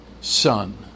Son